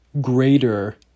greater